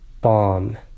bomb